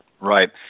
Right